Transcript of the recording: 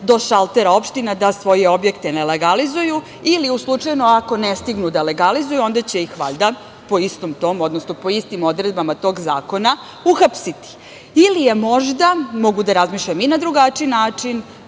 do šaltera opštine da svoje objekte nelegalizuju ili u slučaju ako ne stignu da legalizuju, onda će ih valjda, po istom tom, odnosno po istim odredbama tog zakona uhapsiti. Ili je možda, mogu da razmišljam i na drugačiji način,